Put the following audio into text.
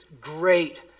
great